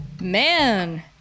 man